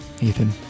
Ethan